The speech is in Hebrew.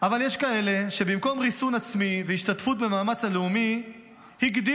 אבל יש כאלה שבמקום ריסון עצמי והשתתפות במאמץ הלאומי הגדילו